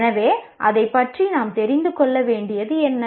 எனவே அதைப் பற்றி நாம் தெரிந்து கொள்ள வேண்டியது என்ன